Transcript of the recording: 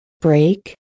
break